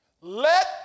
let